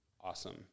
awesome